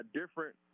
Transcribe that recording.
different